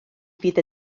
fydd